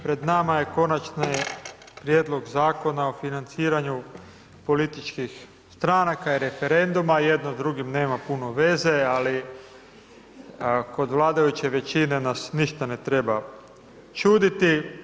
Pred nama je Konačni prijedlog Zakona o financiranju političkih stranaka i referenduma, jedno s drugim nema puno veze, ali kod vladajuće većine nas ništa ne treba čuditi.